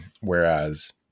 Whereas